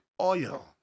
oil